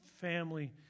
family